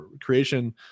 creation